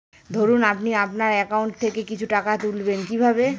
ধরুন আপনি আপনার একাউন্ট থেকে কিছু টাকা তুলবেন কিভাবে?